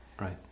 Right